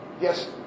yes